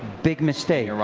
big mistake.